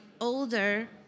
older